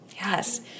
Yes